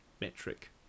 metric